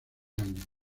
años